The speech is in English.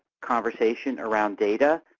conversation around data.